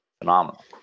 phenomenal